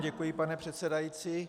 Děkuji, pane předsedající.